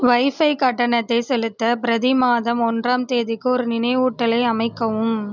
wifi கட்டணத்தை செலுத்த பிரதி மாதம் ஒன்றாம் தேதிக்கு ஒரு நினைவூட்டலை அமைக்கவும்